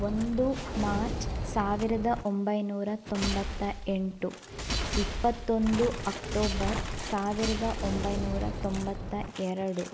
ಒಂದು ಮಾರ್ಚ್ ಸಾವಿರದ ಒಂಬೈನೂರ ತೊಂಬತ್ತ ಎಂಟು ಇಪ್ಪತ್ತೊಂದು ಅಕ್ಟೋಬರ್ ಸಾವಿರದ ಒಂಬೈನೂರ ತೊಂಬತ್ತ ಎರಡು